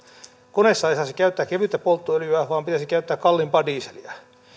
koneessa ei saisi käyttää kevyttä polttoöljyä vaan pitäisi käyttää kalliimpaa dieseliä